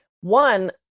One